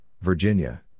Virginia